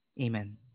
Amen